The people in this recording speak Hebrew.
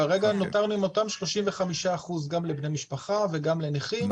כרגע נותרנו עם אותם 35% גם לבני משפחה וגם לנכים,